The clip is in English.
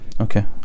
Okay